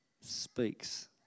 speaks